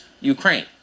Ukraine